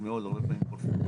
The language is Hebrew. מאוד והרבה פעמים (הפרעות בהקלטה).